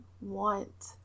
want